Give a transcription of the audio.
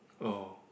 oh